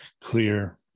clear